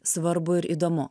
svarbu ir įdomu